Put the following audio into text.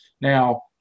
Now